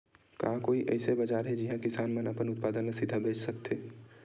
का कोई अइसे बाजार हे जिहां किसान मन अपन उत्पादन ला सीधा बेच सकथे?